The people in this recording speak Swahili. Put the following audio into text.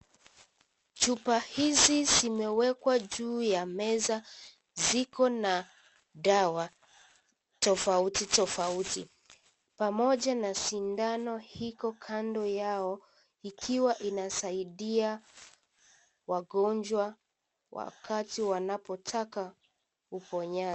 Chupa hizi zimewekwa juu ya meza, ziko na dawa tofauti tofauti, pamoja na sindano iko kando yao. Ikiwa inasaidia wagonjwa wakati wanapotaka uponyaji.